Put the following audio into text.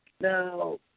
Now